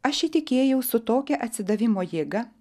aš įtikėjau su tokia atsidavimo jėga